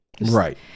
right